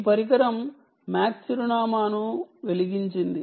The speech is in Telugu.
ఈ పరికరం MAC అడ్రస్ ని ఇచ్చింది